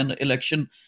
election